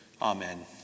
Amen